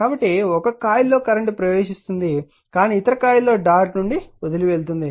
కాబట్టి ఒక కాయిల్లో కరెంట్ ప్రవేశిస్తుంది కానీ ఇతర కాయిల్ కరెంట్ డాట్ ను వదిలి వెళ్తుంది